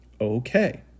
Okay